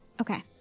Okay